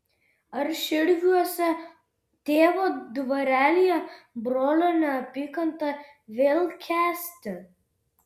ar širviuose tėvo dvarelyje brolio neapykantą vėl kęsti